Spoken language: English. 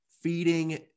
feeding